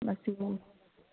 ꯃꯆꯨ